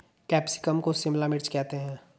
capsicum को शिमला मिर्च करते हैं